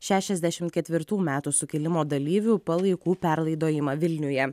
šešiasdešim ketvirtų metų sukilimo dalyvių palaikų perlaidojimą vilniuje